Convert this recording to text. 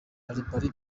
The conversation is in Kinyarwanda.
barbara